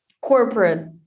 corporate